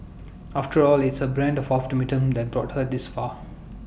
after all it's her brand of optimism that brought her this far